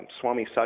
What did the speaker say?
Swami